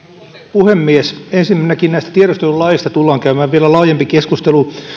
puhemies ensinnäkin tästä tiedustelulaista tullaan käymään vielä laajempi keskustelu